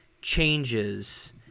changes